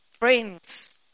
Friends